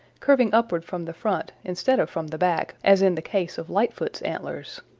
curving upward from the front instead of from the back, as in the case of lightfoot's antlers.